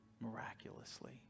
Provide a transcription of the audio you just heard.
Miraculously